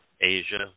Asia